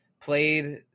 Played